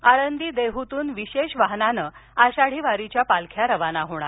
आळंदी देहूतून विशेष वाहनाने आषाढी वारीच्या पालख्या रवाना होणार